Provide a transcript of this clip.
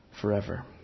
forever